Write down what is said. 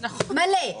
מלא,